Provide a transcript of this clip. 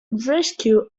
rescue